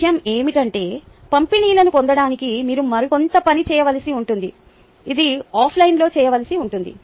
విషయం ఏమిటంటే పంపిణీలను పొందడానికి మీరు మరికొంత పని చేయవలసి ఉంటుంది ఇది ఆఫ్లైన్లో చేయవలసి ఉంటుంది